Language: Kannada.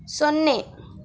ಸೊನ್ನೆ